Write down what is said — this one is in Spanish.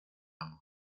amor